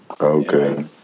Okay